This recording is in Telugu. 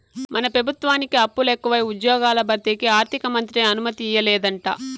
మన పెబుత్వానికి అప్పులెకువై ఉజ్జ్యోగాల భర్తీకి ఆర్థికమంత్రి అనుమతియ్యలేదంట